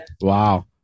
Wow